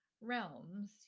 realms